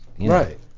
Right